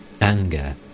anger